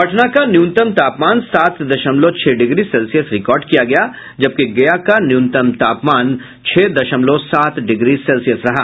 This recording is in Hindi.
पटना का न्यूनतम तापमान सात दशमलव छह डिग्री सेल्सियस रिकॉर्ड किया गया जबकि गया का न्यूनतम तापमान छह दशमलव सात डिग्री सेल्सियस रहा